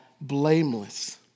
blameless